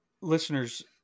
Listeners